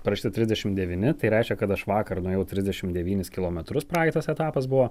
parašyta trisdešim devyni tai reiškia kad aš vakar nuėjau trisdešim devynis kilometrus praeitas etapas buvo